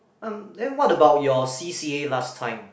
um then what about your C_C_A last time